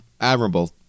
admirable